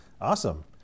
Awesome